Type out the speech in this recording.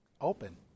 open